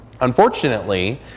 Unfortunately